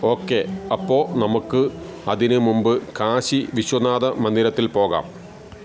okay അപ്പോൾ നമുക്ക് അതിന് മുമ്പ് കാശി വിശ്വനാഥ മന്ദിരത്തിൽ പോകാം